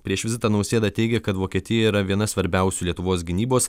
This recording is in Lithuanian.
prieš vizitą nausėda teigė kad vokietija yra viena svarbiausių lietuvos gynybos